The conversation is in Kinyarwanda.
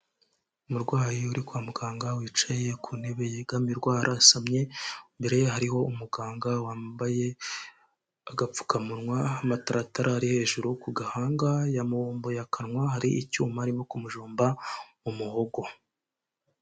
Umurwayi uri kwa muganga wicaye ku ntebe yegamirwa arasamye, mbere hariho umuganga wambaye agapfukamunwa, amataratara ari hejuru ku gahanga yamubumboye akanwa hari icyuma arimo kumujomba mu muhogo.